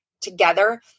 together